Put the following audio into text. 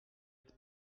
êtes